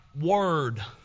word